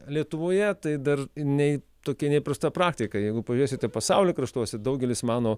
lietuvoje tai dar nei tokia neįprasta praktika jeigu pažėsite pasaulio kraštuose daugelis mano